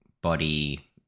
body